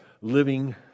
living